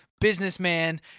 businessman